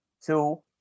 two